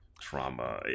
trauma